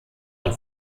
und